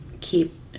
keep